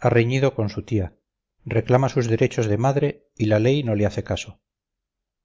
ha reñido con su tía reclama sus derechos de madre y la ley no le hace caso